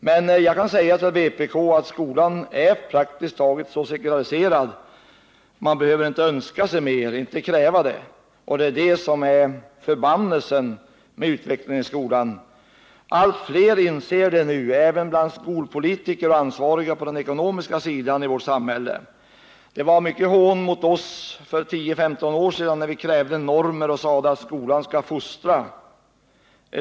Men jag kan säga till vpk att skolan är praktiskt taget så sekulariserad den kan bli — man behöver inte kräva att den skall bli det. Att skolan är sekulariserad är förbannelsen med utvecklingen i skolan. Allt fler inser det nu — även skolpolitiker och de som är ansvariga på den ekonomiska sidan av vårt samhälle. Det förekom mycket hån mot oss för tio femton år sedan när vi krävde normer och sade att skolan skall fostra.